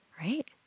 right